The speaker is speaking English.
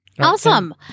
Awesome